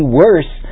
worse